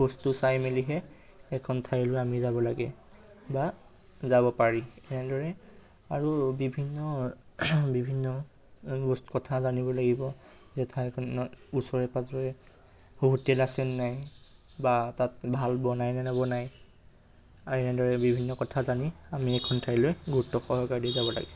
বস্তু চাই মেলিহে এখন ঠাইলৈ আমি যাব লাগে বা যাব পাৰি এনেদৰে আৰু বিভিন্ন বিভিন্ন বহুতো কথা জানিব লাগিব যে ঠাইখনৰ ওচৰে পাঁজৰে হোটেল আছেনে নাই বা তাত ভাল বনাই নে নবনাই আৰু এনেদৰে বিভিন্ন কথা জানি আমি এখন ঠাইলৈ গুৰুত্ব সহকাৰ দি যাব লাগে